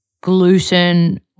gluten